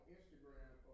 Instagram